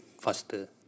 faster